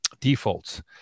defaults